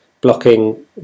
blocking